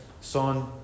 Son